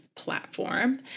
Platform